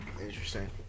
interesting